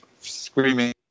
screaming